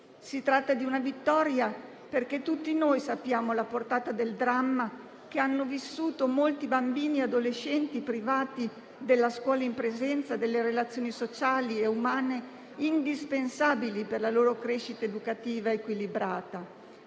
Si tratta di una vittoria, perché tutti noi sappiamo la portata del dramma che hanno vissuto molti bambini e adolescenti privati della scuola in presenza, delle relazioni sociali e umane indispensabili per la loro crescita educativa equilibrata.